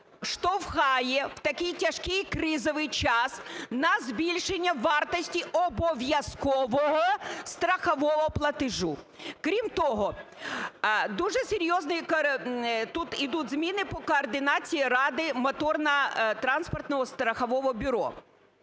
штовхає в такий тяжкий кризовий час на збільшення вартості обов'язкового страхового платежу. Крім того, дуже серйозні тут ідуть зміни по координації ради моторно-транспортного страхового бюро.